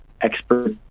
expert